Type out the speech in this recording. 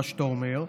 מה שאתה אומר.